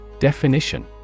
Definition